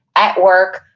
at work,